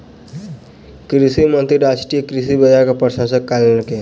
कृषि मंत्री राष्ट्रीय कृषि बाजार के प्रशंसा कयलैन